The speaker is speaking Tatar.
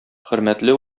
хөрмәтле